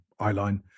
eyeline